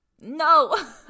No